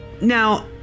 Now